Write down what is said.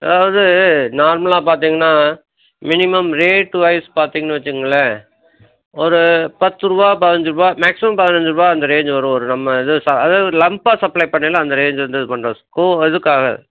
அதாவது நார்மலாக பார்த்தீங்கன்னா மினிமம் ரேட் வைஸ் பார்த்தீங்கன்னு வச்சுக்கங்களேன் ஒரு பத்து ரூவா பாஞ்சி ரூவா மேக்ஸிமம் பதினஞ்சு ரூவா அந்த ரேஞ்சு வரும் ஒரு நம்ம இது சா அதே ஒரு லம்ப்பாக சப்ளே பண்ணையில் அந்த ரேஞ்ச் வந்து கொஞ்சம் ஸ்கூ இதுக்காக